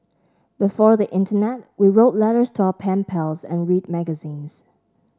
before the internet we wrote letters to our pen pals and read magazines